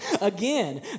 Again